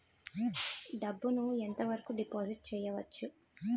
డబ్బు ను ఎంత వరకు డిపాజిట్ చేయవచ్చు?